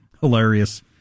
Hilarious